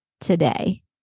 today